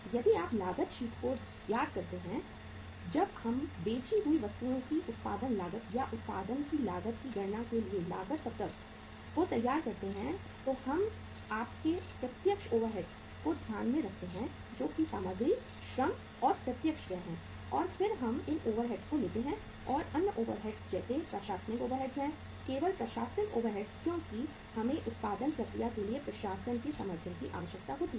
यदि आप लागत शीट को याद करते हैं जब हम बेची गई वस्तुओं की उत्पादन लागत या उत्पादन की लागत की गणना के लिए लागत पत्रक को तैयार करते हैं तो हम आपके प्रत्यक्ष ओवरहेड्स को ध्यान में रखते हैं जो कि सामग्री श्रम और प्रत्यक्ष व्यय हैं और फिर हम अन्य ओवरहेड्स लेते हैं और अन्य ओवरहेड्स जैसे आपके प्रशासनिक ओवरहेड्स है केवल प्रशासनिक ओवरहेड्स क्योंकि हमें उत्पादन प्रक्रिया के लिए प्रशासन के समर्थन की आवश्यकता होती है